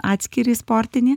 atskyrį sportinį